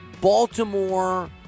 Baltimore